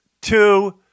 Two